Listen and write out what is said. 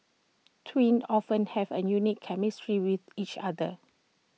twins often have A unique chemistry with each other